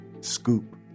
Scoop